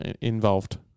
involved